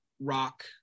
rock